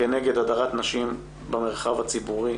כנגד הדרת נשים במרחב הציבורי